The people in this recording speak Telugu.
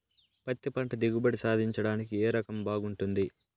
పత్తి పంట దిగుబడి సాధించడానికి ఏ రకం బాగుంటుంది?